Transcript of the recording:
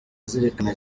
azirikana